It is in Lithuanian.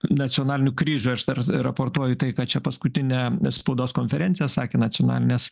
nacionalinių krizių aš dar raportuoju tai ką čia paskutinę spaudos konferenciją sakė nacionalinės